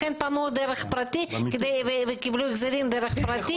לכן פנו דרך פרטי, וקיבלו החזרים דרך פרטים.